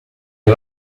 you